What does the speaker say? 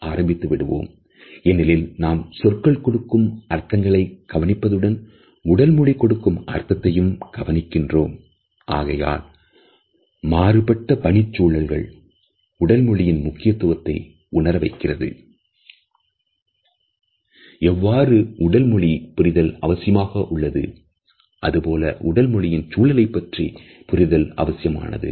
ஆகையால் மாறுபட்டபணி சூழல்கள் உடல் மொழியின் முக்கியத்துவத்தை உணர வைக்கின்றது எவ்வாறு உடல் மொழி புரிதல் அவசியமாக உள்ளது அதுபோல உடல் மொழியில் சூழலைப் பற்றிய புரிதல் அவசியமானது